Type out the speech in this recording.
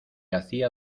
hacía